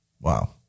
Wow